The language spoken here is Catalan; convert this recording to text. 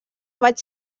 vaig